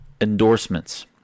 endorsements